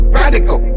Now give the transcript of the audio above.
radical